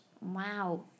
Wow